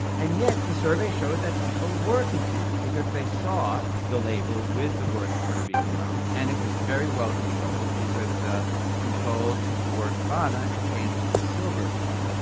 and yet, the survey showed that people were confused because they saw the label with the words puerto rican rum and it was very well-controlled because the control took the word havana and changed it to silver club,